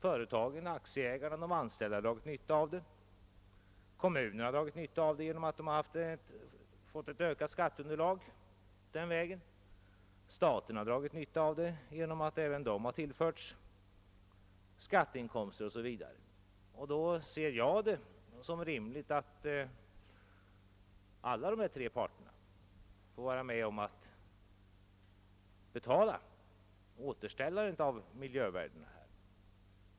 Företagen, aktieägarna och de anställda har dragit nytta av den, kommunerna har dragit nytta av den genom att de fått ett ökat skatteunderlag och även staten har dragit nytta av den genom att staten tillförts skatteinkomster. Då finner jag det rimligt att alla tre parterna får vara med om att betala återställandet av miljövärdena.